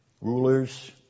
Rulers